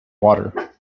water